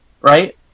right